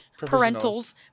parentals